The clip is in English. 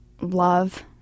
love